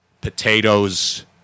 potatoes